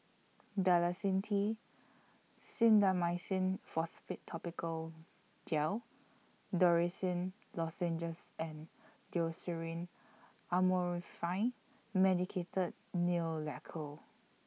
Dalacin T Clindamycin Phosphate Topical Gel Dorithricin Lozenges and Loceryl Amorolfine Medicated Nail Lacquer